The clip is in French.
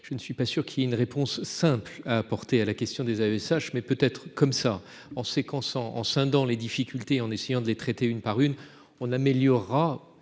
je ne suis pas sûr qu'il y ait une réponse simple à apporter à la question des AESH mais peut être comme ça en séquence en en scindant les difficultés en essayant de les traiter une par une, on améliorera